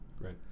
right